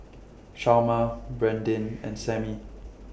Chalmer Brandyn and Sammie